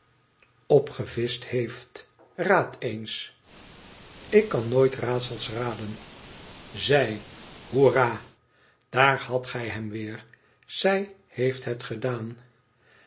opgevischt heeft raad eens ik kan nooit raadsels raden zif hoerraa daar hadt gij hem weer zij heeft het gedaan